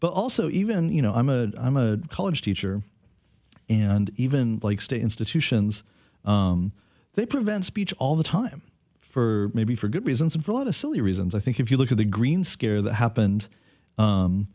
but also even you know i'm a i'm a college teacher and even like state institutions they prevent speech all the time for maybe for good reasons and brought a silly reasons i think if you look at the green scare that happened